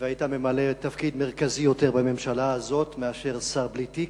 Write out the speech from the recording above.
שהיית ממלא תפקיד מרכזי יותר בממשלה הזאת מאשר שר בלי תיק,